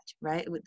right